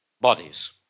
bodies